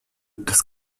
das